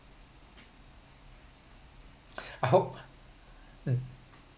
I hope um